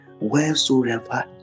wheresoever